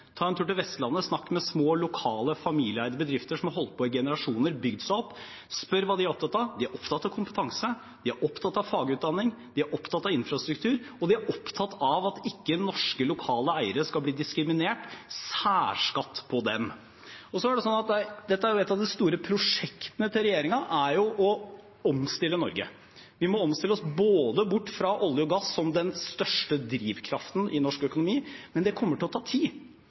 ta en tur til Vestlandet og snakke med små, lokale familieeide bedrifter som har holdt på i generasjoner, bygd seg opp, og spørre hva de er opptatt av. De er opptatt av kompetanse, de er opptatt av fagutdanning, de er opptatt av infrastruktur, og de er opptatt av at norske lokale eiere ikke skal bli diskriminert – særskatt på dem. Et av de store prosjektene til regjeringen er å omstille Norge. Vi må omstille oss bort fra olje og gass som den største drivkraften i norsk økonomi, men det kommer til å ta tid.